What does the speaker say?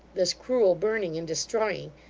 this cruel burning and destroying,